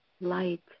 light